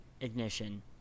Ignition